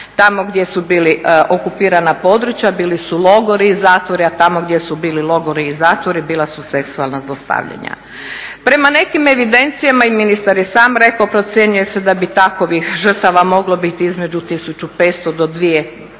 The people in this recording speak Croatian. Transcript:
Tamo gdje su bila okupirana područja bili su logori i zatvori, a tamo gdje su bili logori i zatvori bila su seksualna zlostavljanja. Prema nekim evidencijama, i ministar je sam rekao, procjenjuje se da bi takvih žrtava moglo biti između 1500 do 2500,